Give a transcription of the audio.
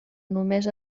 només